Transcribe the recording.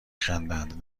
خندند